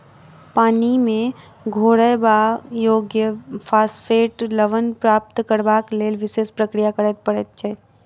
पानि मे घोरयबा योग्य फास्फेट लवण प्राप्त करबाक लेल विशेष प्रक्रिया करय पड़ैत छै